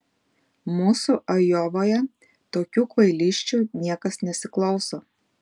mūsų ajovoje tokių kvailysčių niekas nesiklauso